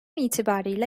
itibarıyla